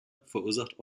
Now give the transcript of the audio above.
verursacht